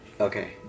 Okay